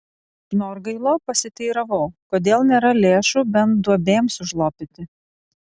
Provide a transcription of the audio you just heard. norgailo pasiteiravau kodėl nėra lėšų bent duobėms užlopyti